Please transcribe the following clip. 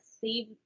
save